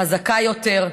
חזקה יותר,